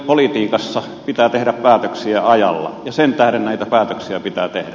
politiikassa pitää tehdä päätöksiä ajalla ja sen tähden näitä päätöksiä pitää tehdä